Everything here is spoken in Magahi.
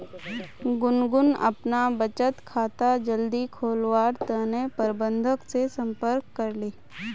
गुनगुन अपना बचत खाता जल्दी खोलवार तने प्रबंधक से संपर्क करले